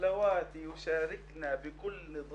אבו סריחאן, מנהל מחלקת רווחה כסייפה.